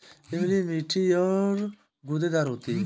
इमली मीठी और गूदेदार होती है